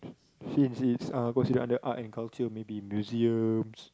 since it's uh considered under art and culture maybe museums